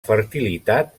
fertilitat